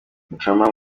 muchoma